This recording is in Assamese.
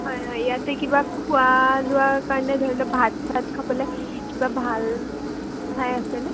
হয় হয় ইয়াতে কিবা খোৱা লোৱাৰ কাৰণে ধৰি লওক ভাত ভাত খাবলৈ কিবা ভাল ঠাই আছেনে